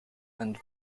and